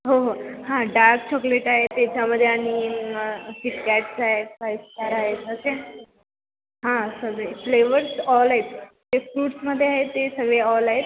हो हो हां डार्क चॉकलेट आहे त्याच्यामध्ये आणि किटकॅट्स आहेत फाईवस्टार आहेत हां सगळे फ्लेवर्स ऑल आहेत ते फ्रूट्समध्ये आहेत ते सगळे ऑल आहेत